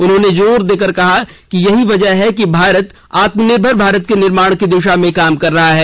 उन्होंने जोर देकर कहा कि यहीं वजह है कि देश आत्मनिर्भर भारत के निर्माण की दिशा में काम कर रहा है